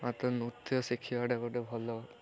ମାତ୍ର ନୃତ୍ୟ ଶିଖିବାଟା ଗୋଟେ ଭଲ